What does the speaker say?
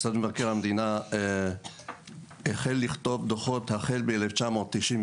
משרד מבקר המדינה החל לכתוב דוחות החל מ-1991,